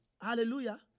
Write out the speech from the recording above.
hallelujah